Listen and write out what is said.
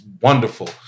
wonderful